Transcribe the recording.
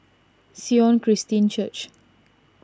Sion Christian Church